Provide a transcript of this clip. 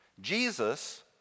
Jesus